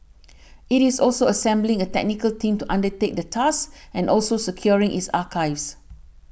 it is also assembling a technical team to undertake the task and also securing its archives